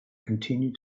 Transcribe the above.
continue